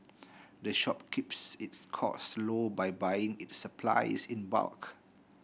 the shop keeps its costs low by buying its supplies in bulk